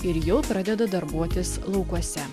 ir jau pradeda darbuotis laukuose